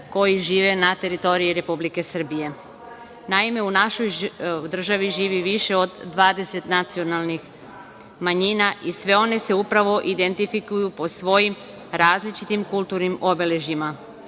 koje žive na teritoriji Republike Srbije. Naime, u našoj državi živi više od 20 nacionalnih manjina i sve one se upravo identifikuju po svojim različitim kulturnim obeležjima.